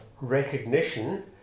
recognition